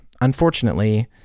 unfortunately